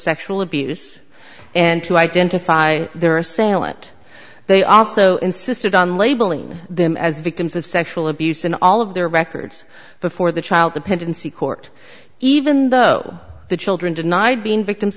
sexual abuse and to identify their assailant they also insisted on labeling them as victims of sexual abuse in all of their records before the child dependency court even though the children denied being victims